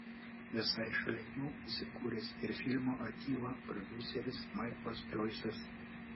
visai šalia jų įsikūręs ir filmo atila prodiuseris maiklas džoisas